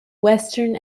western